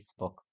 Facebook